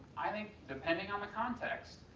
i think depending on the context,